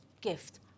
gift